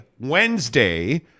wednesday